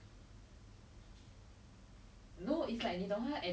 oh no we are discussing people's private account